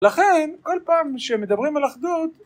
לכן כל פעם שמדברים על אחדות